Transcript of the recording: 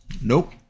Nope